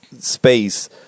space